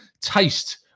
taste